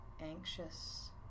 anxious